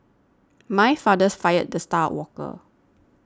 my fathers fired the star worker